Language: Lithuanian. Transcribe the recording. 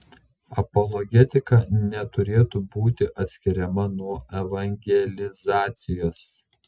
apologetika neturėtų būti atskiriama nuo evangelizacijos